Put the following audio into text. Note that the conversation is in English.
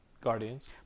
Guardians